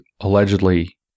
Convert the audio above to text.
allegedly